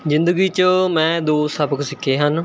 ਜ਼ਿੰਦਗੀ 'ਚ ਮੈਂ ਦੋ ਸਬਕ ਸਿੱਖੇ ਹਨ